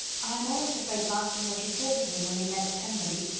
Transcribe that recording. i am almost afraid of asking what you thought of me, when we met at pemberley.